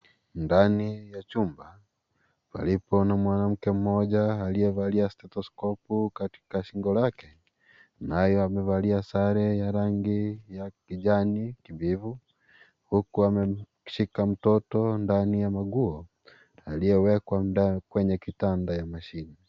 Ndani ya chumba palipo na mwanamke moja aliyevalia stethoskopu katika shingo lake naye amevalia sare ya rangi ya kijani kijivu huku amemshika mtoto ndani ya manguo aliyewekwa kwenye kitanda ya mashine.